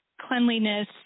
cleanliness